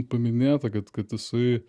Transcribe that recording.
paminėta kad kad jisai